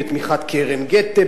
בתמיכת קרן גתה,